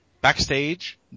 Backstage